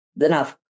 enough